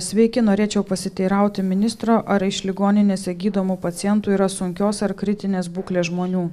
sveiki norėčiau pasiteirauti ministro ar iš ligoninėse gydomų pacientų yra sunkios ar kritinės būklės žmonių